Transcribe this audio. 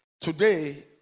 Today